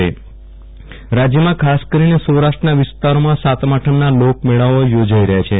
વિરલ રાણા લોકમેળા રાજ્ય કચ્છ રાજ્યમાં ખાસ કરીને સૌરાષ્ટ્રના વિસ્તારોમાં સાતમ આઠમના લોકમેળાઓ યોજાઈ રહ્યા છે